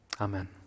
Amen